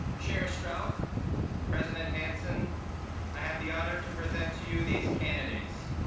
chair strauch and president hansen i have the honor to present to you these candidates.